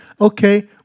okay